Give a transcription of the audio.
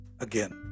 again